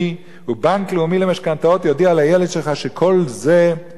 ובנק לאומי למשכנתאות יודיע לילד שלך שכל זה שלו,